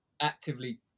Actively